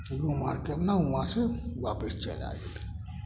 घुमि आरके अपना वहाँ से वापिस चलि आएब